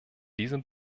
diesem